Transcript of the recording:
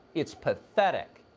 it's pathetic.